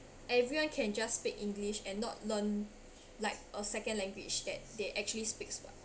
everyone can just speak english and not learn like a second language that they actually speaks